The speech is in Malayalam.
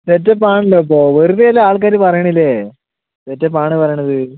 സെറ്റപ്പാണല്ലോ അപ്പോൾ വെറുതെയല്ല ആൾക്കാർ പറയണത് അല്ലേ സെറ്റപ്പാണ് പറയണത്